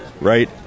right